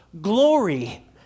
glory